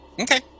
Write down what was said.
Okay